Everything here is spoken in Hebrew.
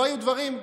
לא היו דברים כאלה.